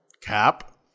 cap